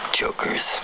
jokers